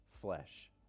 flesh